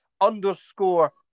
underscore